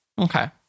okay